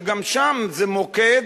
שגם שם זה מוקד,